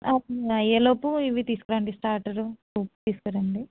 okay అయ్యేలోపు ఇవి తీసుకురండి స్టాటరు తీసుకురండి